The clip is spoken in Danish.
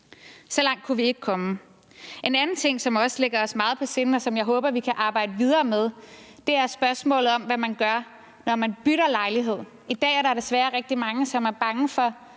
så langt kunne vi ikke komme. En anden ting, som også ligger os meget på sinde, og som jeg håber vi kan arbejde videre med, er spørgsmålet om, hvad man gør, når man bytter lejlighed. I dag er der desværre rigtig mange, som er bange for